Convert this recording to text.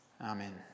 Amen